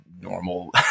normal